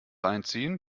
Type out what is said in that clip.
einziehen